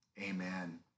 amen